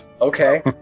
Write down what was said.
Okay